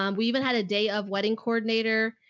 um we even had a day of wedding coordinator,